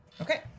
Okay